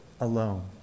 alone